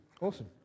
Awesome